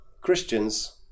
Christians